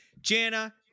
Jana